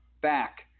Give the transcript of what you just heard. back